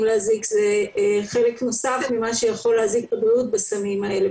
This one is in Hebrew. להזיק זה חלק נוסף ממה שיכול להזיק לבריאות בסמים האלה,